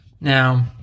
Now